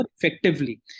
effectively